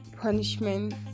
punishment